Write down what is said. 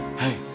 hey